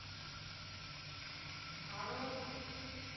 Bharat